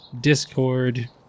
Discord